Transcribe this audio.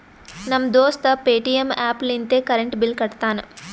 ನಮ್ ದೋಸ್ತ Paytm app ಲಿಂತೆ ಕರೆಂಟ್ ಬಿಲ್ ಕಟ್ಟತಾನ್